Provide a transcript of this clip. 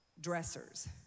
dressers